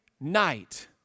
night